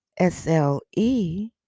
sle